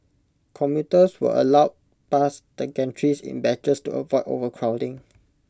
commuters were allowed past the gantries in batches to avoid overcrowding